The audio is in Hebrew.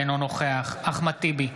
אינו נוכח אחמד טיבי,